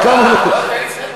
תן לי לסיים.